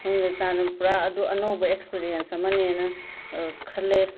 ꯐꯝꯗꯅ ꯆꯥꯗꯅ ꯄꯨꯔꯥ ꯑꯗꯣ ꯑꯅꯧꯕ ꯑꯦꯛꯁꯄꯦꯔꯤꯑꯦꯟꯁ ꯑꯃꯅꯦꯅ ꯈꯜꯂꯦ